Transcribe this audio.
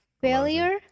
Failure